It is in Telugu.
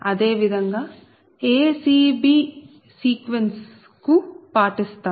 అదే విధంగా acb సీక్వెన్స్ కు పాటిస్తాం